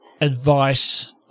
advice